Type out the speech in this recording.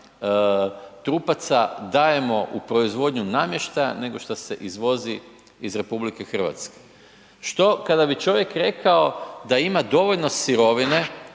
trupaca dajemo u proizvodnju namještaja nego šta se izvozi iz RH što kada bi čovjek rekao da ima dovoljno sirovine